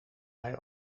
hij